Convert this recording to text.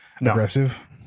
aggressive